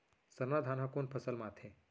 सरना धान ह कोन फसल में आथे?